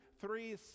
three